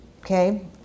Okay